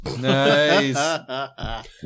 nice